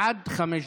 עד חמש דקות.